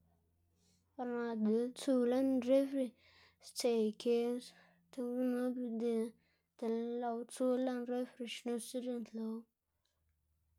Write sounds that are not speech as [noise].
Par naꞌ dele tsuwu lën refri, stse ikedz [unintelligible] dele tsu lën refri xnusa c̲h̲uꞌnntlowu.